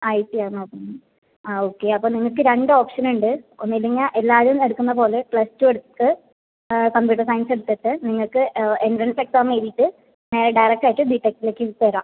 I ടിയാണോ നോക്കുന്നത് ആ ഓക്കെ അപ്പോൾ നിങ്ങൾക്ക് രണ്ട് ഓപ്ഷനുണ്ട് ഒന്നുമില്ലെങ്കിൽ എല്ലാവരും എടുക്കുന്നതുപോലെ പ്ലസ് ടു എടുത്ത് കമ്പ്യൂട്ടർ സയൻസ് എടുത്തിട്ട് നിങ്ങൾക്ക് എൻട്രൻസ് എക്സാം എഴുതിയിട്ട് നേരെ ഡയറക്റ്റ് ആയിട്ട് ബി ടെക്കിലേക്ക് വരാം